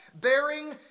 bearing